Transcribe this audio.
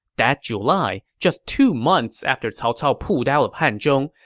that july, just two months after cao cao pulled out of hanzhong,